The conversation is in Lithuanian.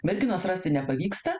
merginos rasti nepavyksta